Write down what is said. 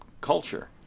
culture